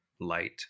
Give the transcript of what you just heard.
light